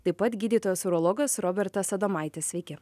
taip pat gydytojas urologas robertas adomaitis sveiki